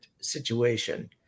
situation